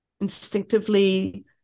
instinctively